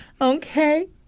Okay